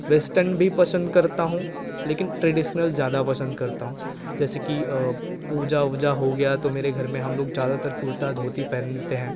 western भी पसंद करता हूँ लेकिन ट्रेडिशनल ज़्यादा पसंद करता हूँ जैसे की पूजा वूजा हो गया तो मेरे घर में हम लोग ज़्यादातर कुर्ता धोती पहनते हैं